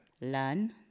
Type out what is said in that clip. learn